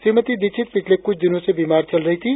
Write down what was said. श्रीमती दीक्षित पिछले कुछ दिनों से बीमार चल रही थी